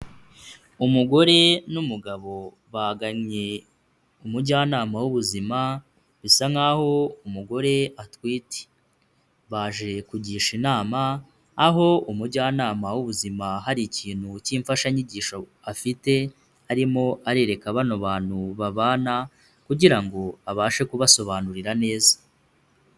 Umugore n'umugabo bagannye umujyanama w'ubuzima, bisa nkaho umugore atwite, baje kugisha inama aho umujyanama w'ubuzima hari ikintu cy'imfashanyigisho afite, arimo arereka bano bantu babana kugira ngo abashe kubasobanurira neza.